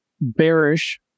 bearish